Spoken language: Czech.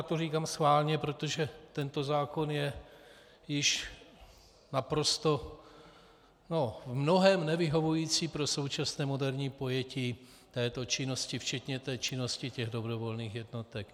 A říkám to schválně, protože tento zákon je již naprosto, nebo v mnohém nevyhovující pro současné moderní pojetí této činnosti včetně činnosti těch dobrovolných jednotek.